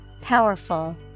Powerful